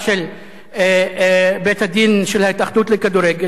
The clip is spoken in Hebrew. של בית-הדין של ההתאחדות לכדורגל,